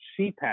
CPAP